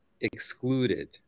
excluded